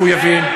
אנחנו מחויבים.